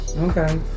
Okay